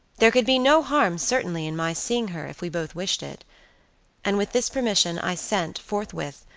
there could be no harm certainly in my seeing her, if we both wished it and, with this permission i sent, forthwith,